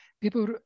people